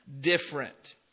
different